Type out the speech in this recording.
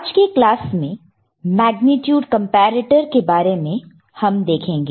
आज के क्लास में मेग्नीट्यूड कॉम्पॅरेटॅ के बारे में देखेंगे